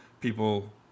people